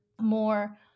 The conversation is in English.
more